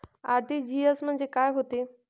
RTGS म्हंजे काय होते?